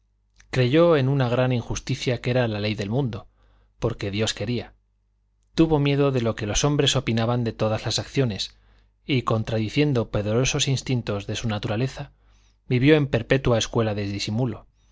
creyó en una gran injusticia que era la ley del mundo porque dios quería tuvo miedo de lo que los hombres opinaban de todas las acciones y contradiciendo poderosos instintos de su naturaleza vivió en perpetua escuela de disimulo